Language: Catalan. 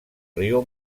riu